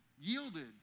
Yielded